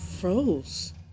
froze